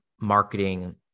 marketing